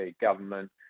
government